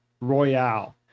Royale